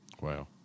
wow